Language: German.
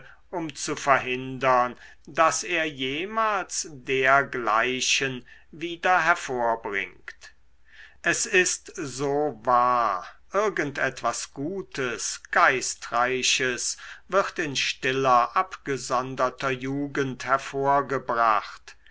um zu verhindern daß er jemals dergleichen wieder hervorbringt es ist so wahr irgend etwas gutes geistreiches wird in stiller abgesonderter jugend hervorgebracht